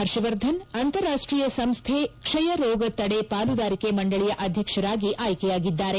ಹರ್ಷವರ್ಧನ್ ಅಂತಾರಾಷ್ಷೀಯ ಸಂಸ್ಥೆ ಕ್ಷಯ ರೋಗ ತಡೆ ಪಾಲುದಾರಿಕೆ ಮಂಡಳಿಯ ಅಧ್ಯಕ್ಷರಾಗಿ ಆಯ್ಕೆಯಾಗಿದ್ದಾರೆ